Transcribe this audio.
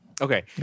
okay